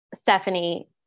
Stephanie